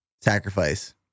sacrifice